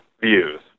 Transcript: views